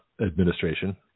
administration